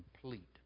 complete